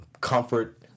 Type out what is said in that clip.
comfort